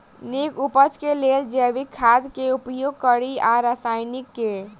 नीक उपज केँ लेल जैविक खाद केँ उपयोग कड़ी या रासायनिक केँ?